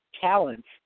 talents